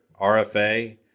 RFA